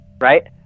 right